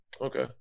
Okay